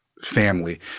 family